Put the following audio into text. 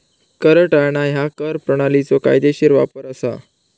कर टाळणा ह्या कर प्रणालीचो कायदेशीर वापर असा